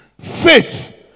Faith